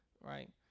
Right